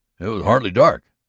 it was hardly dark.